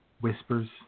whispers